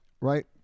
Right